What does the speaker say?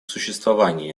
существования